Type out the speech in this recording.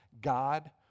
God